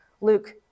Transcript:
Luke